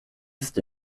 ist